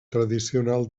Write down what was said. tradicional